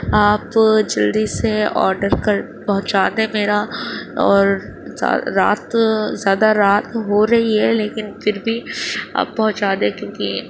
آپ جلدی سے آڈر کر پہنچا دیں میرا اور رات زیادہ رات ہو رہی ہے لیکن پھر بھی آپ پہنچا دیں کیوںکہ